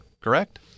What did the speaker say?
correct